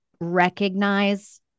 recognize